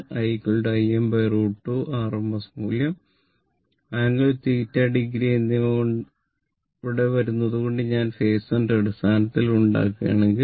I Im √ 2 RMS മൂല്യം angle 0o എന്നിവ ഇവിടെ വരുന്നതുകൊണ്ട് ഞാൻ ഫേസറിന്റെ അടിസ്ഥാനത്തിൽ ഉണ്ടാക്കുകയാണെങ്കിൽ